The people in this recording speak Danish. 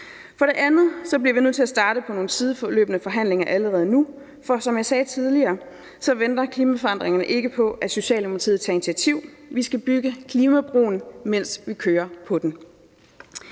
For det andet bliver vi nødt til at starte på nogle sideløbende forhandlinger allerede nu, for, som jeg sagde tidligere: Klimaforandringerne venter ikke på, at Socialdemokratiet tager initiativ. Vi skal bygge klimabroen, mens vi kører på den.